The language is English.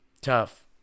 Tough